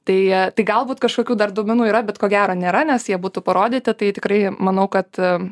tai tai galbūt kažkokių dar duomenų yra bet ko gero nėra nes jie būtų parodyti tai tikrai manau kad